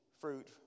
fruit